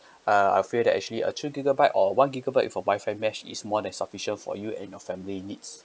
uh I feel that actually a two gigabyte or one gigabyte with a Wi-Fi mesh is more than sufficient for you and your family needs